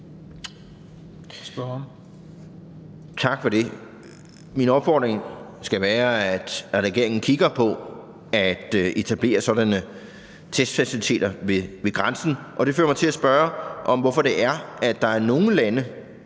Tak for det. Min opfordring skal være, at regeringen kigger på at etablere sådanne testfaciliteter ved grænsen, og det fører mig til at spørge om, hvorfor det er, at der er nogle lande,